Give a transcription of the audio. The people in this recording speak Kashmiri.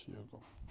ٹھیٖک گوٚو